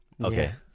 Okay